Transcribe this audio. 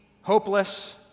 hopeless